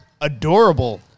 adorable